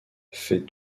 fait